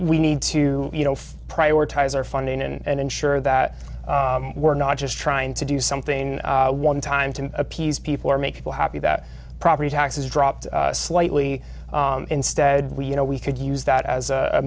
we need to you know prioritize our funding and ensure that we're not just trying to do something one time to appease people or make people happy that property taxes dropped slightly instead we you know we could use that as a